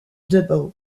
double